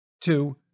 two